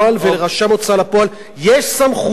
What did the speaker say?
לפועל, ולרשם ההוצאה לפועל יש סמכויות.